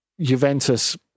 Juventus